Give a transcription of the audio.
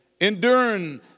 Enduring